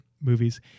movies